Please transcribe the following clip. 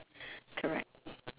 correct